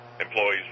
employees